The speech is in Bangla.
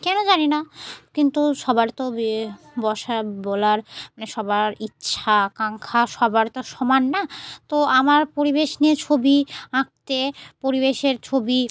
কেন জানি না কিন্তু সবার তো ইয়ে বসা বলার মানে সবার ইচ্ছা আকাঙ্ক্ষা সবার তো সমান না তো আমার পরিবেশ নিয়ে ছবি আঁকতে পরিবেশের ছবি